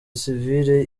sivile